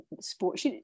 sports